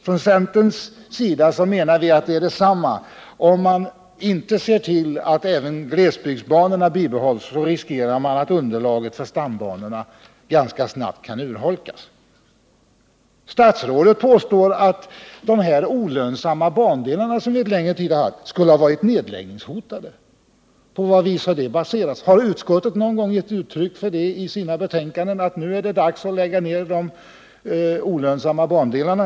Från centerns sida menar vi att om man inte ser till, att även glesbygdsbanorna bibehålls, så riskerar man att underlaget för stambanorna ganska snabbt kan urholkas. Statsrådet påstår att de olönsamma bandelar som vi en längre tid har haft skulle ha varit nedläggningshotade. På vad har den uppfattningen baserats? Har utskottet någon gång i sina betänkanden gett uttryck för tanken att nu är det dags att lägga ned de olönsamma bandelarna?